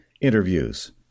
interviews